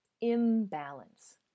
imbalance